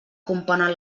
componen